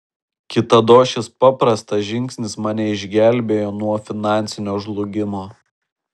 kitados šis paprastas žingsnis mane išgelbėjo nuo finansinio žlugimo